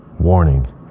Warning